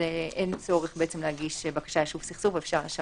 אין צורך להגיש בקשה ליישוב